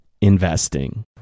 investing